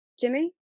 Jimmy